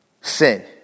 sin